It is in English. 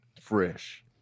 fresh